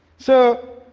so,